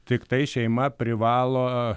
tiktai šeima privalo